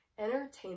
entertainment